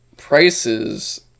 prices